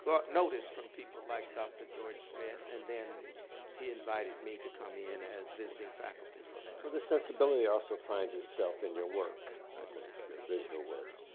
but noticed from people like dr. george smith. and then he invited me to come in as visiting faculty for that. well, the sensibility also finds itself in your work, i think. your visual work.